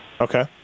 Okay